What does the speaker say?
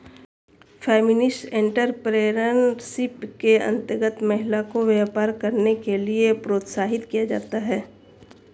feminist entrepreneurship के अंतर्गत महिला को व्यापार करने के लिए प्रोत्साहित किया जाता है